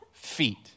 feet